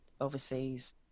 overseas